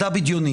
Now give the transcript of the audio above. מדע בדיוני.